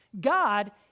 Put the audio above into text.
God